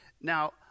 Now